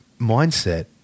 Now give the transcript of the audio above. mindset